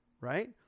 right